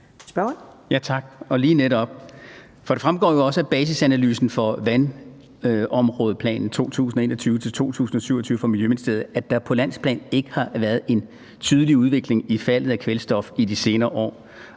det fremgår jo også af Basisanalysen for vandområdeplaner 2021-2027 fra Miljøministeriet, at der på landsplan ikke har været en tydelig udvikling i faldet af kvælstof i de senere år,